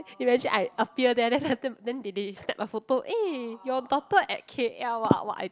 imagine I appear there then then they they snap my photo eh your daughter at K_L ah !wah! I